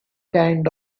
kind